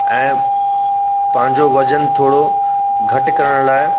ऐं पंहिंजो वज़न थोरो घटि करण लाइ